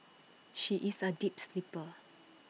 she is A deep sleeper